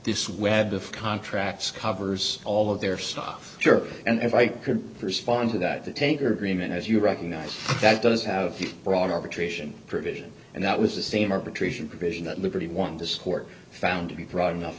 this web of contracts covers all of their stuff sure and if i could respond to that the tanker agreement as you recognize that does have broad arbitration provision and that was the same arbitration provision that literally won this court found to be broad enough